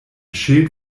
schild